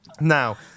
Now